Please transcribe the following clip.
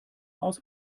aus